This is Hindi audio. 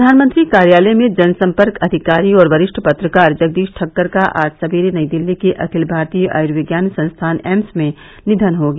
प्रधानमंत्री कार्यालय में जनसंपर्क अधिकारी और वरिष्ठ पत्रकार जगदीश ठक्कर का आज सवेरे नई दिल्ली के अखिल भारतीय आयुर्विज्ञान संस्थान एम्स में निधन हो गया